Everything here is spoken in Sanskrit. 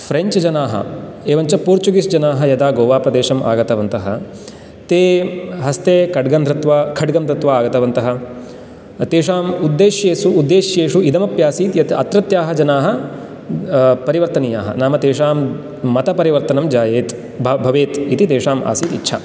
फ़्रेञ्च् जनाः एवञ्च पोर्चुगिज़् जनाः यदा गोवाप्रदेशम् आगतवन्तः ते हस्ते खड्गं धृत्वा खड्गं दत्वा आगतवन्तः तेषां उद्देश्येषु इदमप्यासीत् यत् अत्रत्याः जनाः परिवर्तनीयाः नाम तेषां मतपरिवर्तनं जायेत् भवेत् इति तेषाम् आसीत् इच्छा